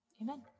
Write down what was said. Amen